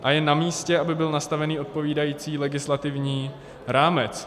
A je namístě, aby byl nastaven odpovídající legislativní rámec.